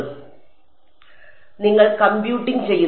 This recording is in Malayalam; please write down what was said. അതിനാൽ നിങ്ങൾ കമ്പ്യൂട്ടിംഗ് ചെയ്യുന്നു